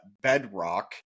bedrock